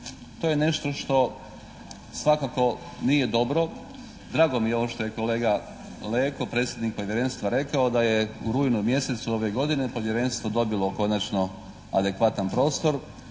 To je nešto što svakako nije dobro. Drago mi je ovo što je kolega Leko, predsjednik Povjerenstva rekao da je u rujnu mjesecu ove godine Povjerenstvo dobilo konačno adekvatan prostor.